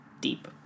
deep